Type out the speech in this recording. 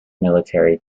military